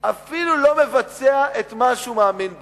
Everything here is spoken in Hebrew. אפילו לא מבצע את מה שהוא מאמין בו.